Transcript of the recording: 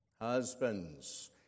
Husbands